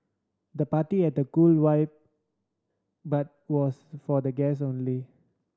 the party had a cool vibe but was for the guest only